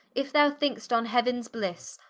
if thou think'st on heauens blisse,